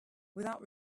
without